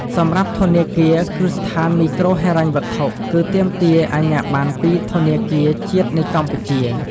សម្រាប់ធនាគារគ្រឹះស្ថានមីក្រូហិរញ្ញវត្ថុ គឺទាមទារអាជ្ញាប័ណ្ណពីធនាគារជាតិនៃកម្ពុជា។